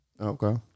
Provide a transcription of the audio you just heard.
Okay